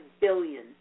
billion